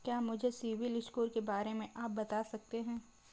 क्या मुझे सिबिल स्कोर के बारे में आप बता सकते हैं?